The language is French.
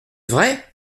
vrai